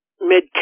mid